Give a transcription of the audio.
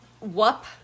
whoop